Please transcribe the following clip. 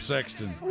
Sexton